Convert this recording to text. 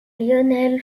lionel